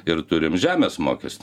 ir turim žemės mokestį